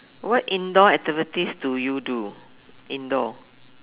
what indoor activities do you do indoor